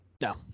No